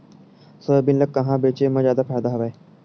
Soybean ल कहां बेचे म जादा फ़ायदा हवय?